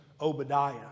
Obadiah